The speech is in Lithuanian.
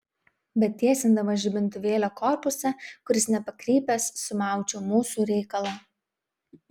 bet tiesindamas žibintuvėlio korpusą kuris nepakrypęs sumaučiau mūsų reikalą